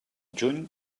juny